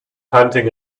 hunting